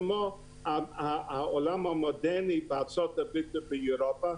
כמו העולם המודרני בארצות הברית ובאירופה,